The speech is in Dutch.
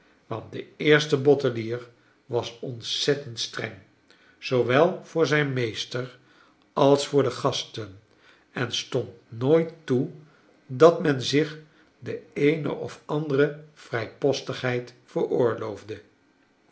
want de eerste bottelier was ontzettend streng zoowel voor zijn meester als voor de gasten en stond nooit toe dat men zich de eene of andere vrijpostigheid